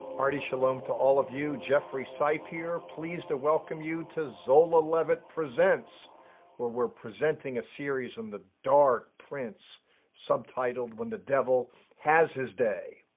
hearty shalom to all of you. jeffrey seif here pleased to welcome you to zola levitt presents where we're presenting a series on the dark prince subtitled when the devil has his day.